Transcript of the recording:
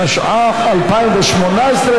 התשע"ח 2018,